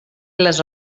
les